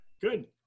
Good